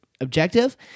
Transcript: objective